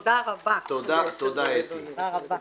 תודה רבה, הישיבה נעולה.